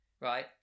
right